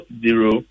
zero